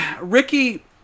Ricky